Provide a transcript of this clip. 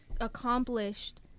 accomplished